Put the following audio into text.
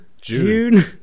June